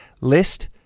List